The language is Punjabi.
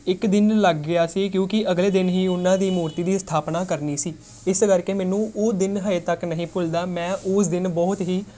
ਇੱਕ ਦਿਨ ਲੱਗ ਗਿਆ ਸੀ ਕਿਉਂਕਿ ਅਗਲੇ ਦਿਨ ਹੀ ਉਹਨਾਂ ਦੀ ਮੂਰਤੀ ਦੀ ਸਥਾਪਨਾ ਕਰਨੀ ਸੀ ਇਸ ਕਰਕੇ ਮੈਨੂੰ ਉਹ ਦਿਨ ਹਜੇ ਤੱਕ ਨਹੀਂ ਭੁੱਲਦਾ ਮੈਂ ਉਸ ਦਿਨ ਬਹੁਤ ਹੀ